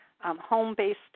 home-based